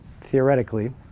theoretically